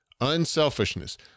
Unselfishness